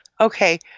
okay